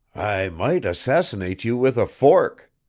i might assassinate you with a fork!